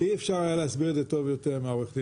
אי אפשר היה להסביר את זה טוב יותר מאשר העו"ד המוכשר.